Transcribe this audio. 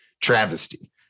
travesty